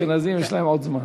האשכנזים, יש להם עוד זמן.